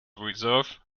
reserve